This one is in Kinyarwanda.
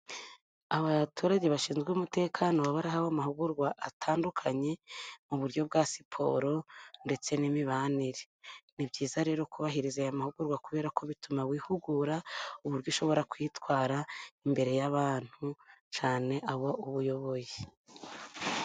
Abaturage bashinzwe umutekano baba barahawe amahugurwa atandukanye mu buryo bwa siporo ndetse n'imibanire. Ni byiza rero kubahiriza aya mahugurwa kuberako bituma wihugura, uburyo ushobora kwitwara imbere y'abantu cyane abo uba uyoboye.